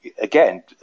again